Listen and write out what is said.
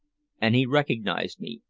and he recognized me,